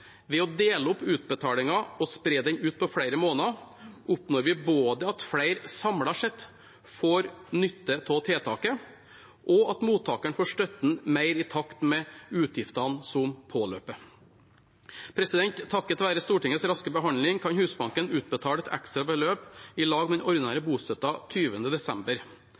Ved å dele opp utbetalingen og spre den ut på flere måneder oppnår vi både at flere samlet sett får nytte av tiltaket, og at mottakerne får støtten mer i takt med at utgiftene påløper. Takket være Stortingets raske behandling kan Husbanken utbetale et ekstra beløp sammen med den ordinære bostøtten 20. desember.